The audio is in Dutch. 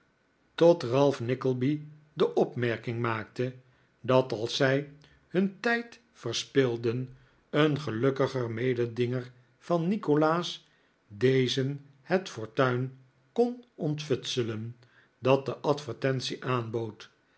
ralph nickleby de opmerking maakte dat als zij hun tijd verspilden een gelukkiger mededinger van nikolaas dezen het fortuin kon ontfutselen dat de advertentie aanbood